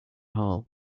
hall